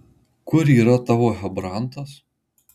kur yra tavo chebrantas